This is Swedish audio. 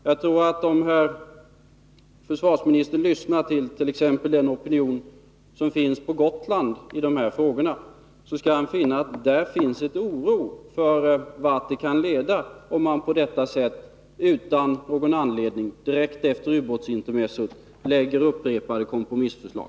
Jag tror att om herr försvarsministern lyssnar exempelvis till den opinion som finns på Gotland i de här frågorna, så skall han märka att där råder en oro för vart det kan leda, om man på detta sätt utan någon anledning, direkt efter ubåtsintermezzot, lägger upprepade kompromissförslag.